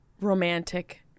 romantic